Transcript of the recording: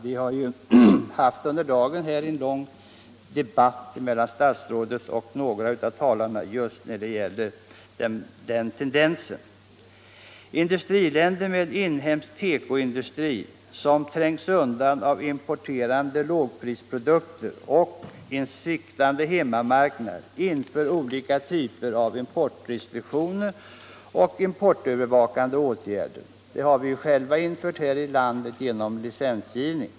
Det har här i dag förts en lång debatt mellan statsråden och några av talarna om just den tendensen. Industriländer med inhemsk tekoindustri, som är hårt trängd av importerade lågprisprodukter och en sviktande hemmamarknad, inför olika typer av importrestriktioner och vidtar importövervakande åtgärder. Det har vi gjort också här i landet genom licensgivning.